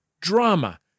drama